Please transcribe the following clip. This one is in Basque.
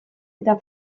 eta